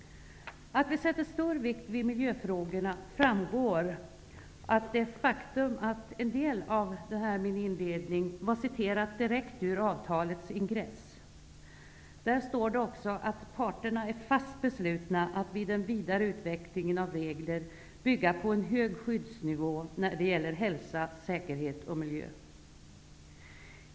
Att vi fäster stor vikt vid miljöfrågorna framgår av det faktum att en del av min inledning var hämtat direkt ur avtalets ingress. Där står det också att parterna är fast beslutna att vid den vidare utvecklingen av regler bygga på en hög skyddsnivå när det gäller hälsa, säkerhet och miljö.